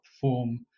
form